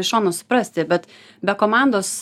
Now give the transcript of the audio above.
iš šono suprasti bet be komandos